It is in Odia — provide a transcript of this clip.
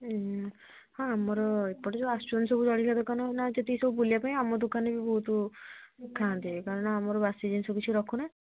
ହଁ ହଁ ଆମର ଏପଟେ ଯୋଉ ଆସୁଛନ୍ତି ସବୁ ଜଳଖିଆ ଦୋକାନ ନା ଯଦି ସବୁ ବୁଲିବା ପାଇଁ ଆମ ଦୋକାନରେ ବି ବହୁତ ଖାଆନ୍ତି କାରଣ ଆମର ବାସି ଜିନିଷ କିଛି ରଖୁନା